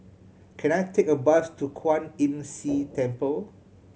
can I take a bus to Kwan Imm See Temple